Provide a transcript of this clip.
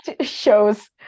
shows